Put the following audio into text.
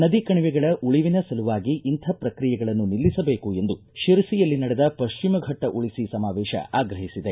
ನದಿ ಕಣಿವೆಗಳ ಉಳವಿನ ಸಲುವಾಗಿ ಇಂಥ ಪ್ರಕ್ರಿಯೆಗಳನ್ನು ನಿಲ್ಲಿಸಬೇಕು ಎಂದು ಶಿರಸಿಯಲ್ಲಿ ನಡೆದ ಪಶ್ಚಿಮ ಘಟ್ಟ ಉಳಿಸಿ ಸಮಾವೇಶ ಆಗ್ರಹಿಸಿದೆ